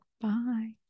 Bye